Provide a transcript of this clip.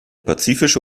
pazifische